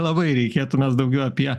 labai reikėtų mes daugiau apie